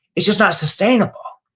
it's just not sustainable.